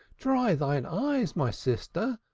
dry thine eyes, my sister,